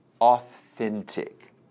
authentic